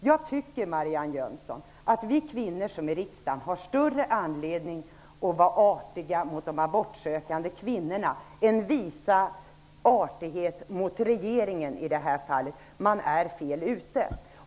Jag tycker, Marianne Jönsson, att vi kvinnor i riksdagen har större anledning att vara artiga mot de abortsökande kvinnorna än att visa artighet mot regeringen.